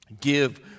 give